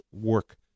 work